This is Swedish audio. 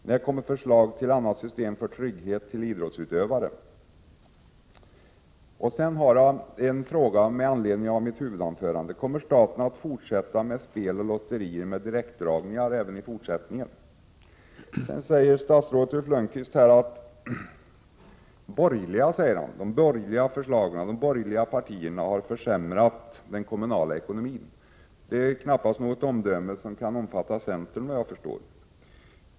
När kommer förslag om annat system för trygghet åt idrottsutövare? Sedan har jag en fråga i anslutning till mitt huvudanförande: Kommer staten att fortsätta med spel och lotterier med direktdragningar? Statsrådet Lönnqvist talar om de borgerliga — de borgerliga förslagen osv. — och att de borgerliga partierna har försämrat den kommunala ekonomin. Det är knappast ett omdöme som kan innefatta centern, vad jag förstår.